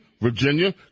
Virginia